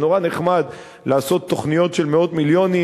זה נורא נחמד לעשות תוכניות של מאות מיליונים